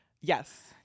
Yes